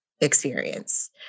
experience